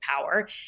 power